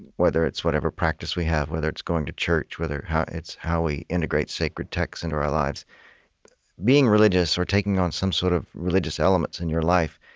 whether it's whatever practice we have whether it's going to church whether it's how we integrate sacred text into our lives being religious, or taking on some sort of religious elements in your life,